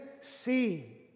see